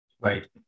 Right